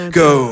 go